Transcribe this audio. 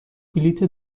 بلیت